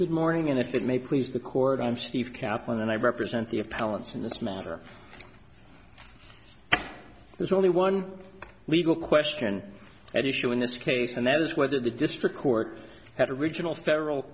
good morning and if that may please the court i'm steve kaplan and i represent the appellant's in this matter there's only one legal question at issue in this case and that is whether the district court had original federal